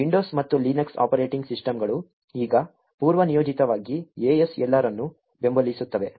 Windows ಮತ್ತು Linux operating ಸಿಸ್ಟಂಗಳು ಈಗ ಪೂರ್ವನಿಯೋಜಿತವಾಗಿ ASLR ಅನ್ನು ಬೆಂಬಲಿಸುತ್ತವೆ